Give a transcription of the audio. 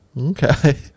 Okay